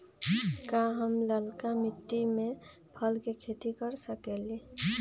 का हम लालका मिट्टी में फल के खेती कर सकेली?